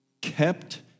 Kept